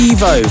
Evo